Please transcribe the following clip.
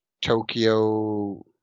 tokyo